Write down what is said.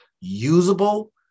usable